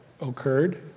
occurred